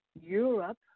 Europe